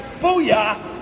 booyah